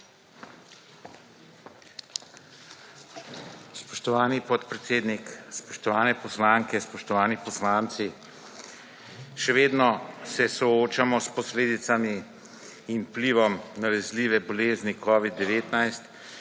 Spoštovani podpredsednik, spoštovane poslanke, spoštovani poslanci! Še vedno se soočamo s posledicami in vplivom nalezljive bolezni Covid-19